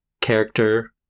character